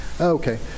Okay